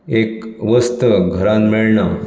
एक वस्त घरांत मेळना